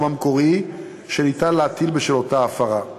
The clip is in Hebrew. המקורי שאפשר להטיל בשל אותה הפרה.